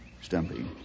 Stumpy